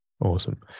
Awesome